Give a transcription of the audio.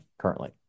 currently